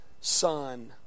Son